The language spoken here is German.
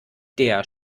der